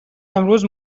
امروز